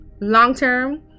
long-term